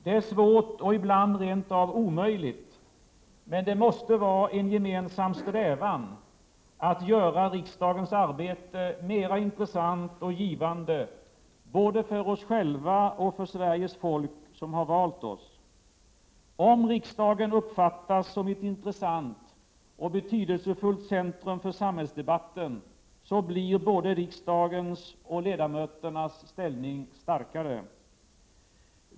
Det är svårt och ibland rent av omöjligt, men det måste vara en gemensam strävan att göra riksdagens arbete mer intressant och givande, både för oss själva och för Sveriges folk, som har valt oss. Om riksdagen uppfattas som ett intressant och betydelsefullt centrum för samhällsdebatten blir både riksdagens och ledamöternas ställning starkare.